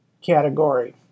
category